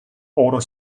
order